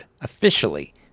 officially